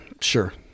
Sure